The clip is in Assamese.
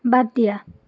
বাদ দিয়া